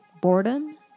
Boredom